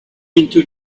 into